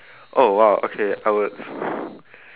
oh !wow! okay I would